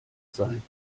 sein